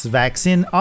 vaccine